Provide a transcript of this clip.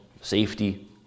safety